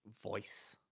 voice